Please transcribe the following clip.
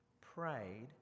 prayed